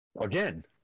Again